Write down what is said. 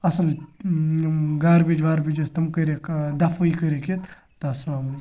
اَصٕل یِم گاربیج واریج ٲسۍ تم کٔرِکھ دَفٲیی کٔرِکھ یَتتہِ تہٕ اَسلامُ علیکُم